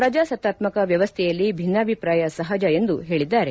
ಪ್ರಜಾಸತ್ತಾತ್ಮಕ ವ್ಯವಸ್ಟೆಯಲ್ಲಿ ಭಿನ್ನಾಭಿಪ್ರಾಯ ಸಹಜ ಎಂದು ಹೇಳಿದ್ದಾರೆ